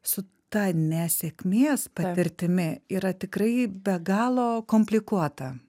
su ta nesėkmės patirtimi yra tikrai be galo komplikuota